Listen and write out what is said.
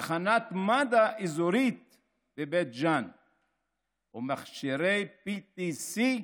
תחנת מד"א אזורית בבית ג'ן ומכשירי PET CT,